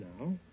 now